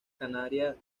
canaria